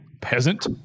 peasant